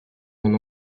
mon